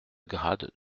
grade